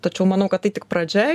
tačiau manau kad tai tik pradžia